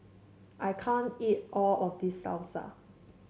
I can't eat all of this Salsa